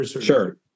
Sure